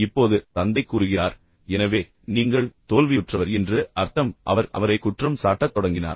இப்போது தந்தை கூறுகிறார் எனவே நீங்கள் தோல்வியுற்றவர் என்று அர்த்தம் இப்போது அவர் குற்றச்சாட்டை ஏற்றுக்கொண்டார் அவர் அவரை குற்றம் சாட்டத் தொடங்கினார்